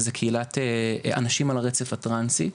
שזה קהילת אנשים על הרצף הטראנסי,